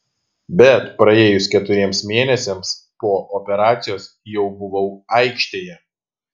bet praėjus keturiems mėnesiams po operacijos jau buvau aikštėje